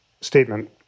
statement